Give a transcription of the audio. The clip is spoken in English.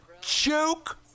Joke